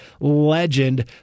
Legend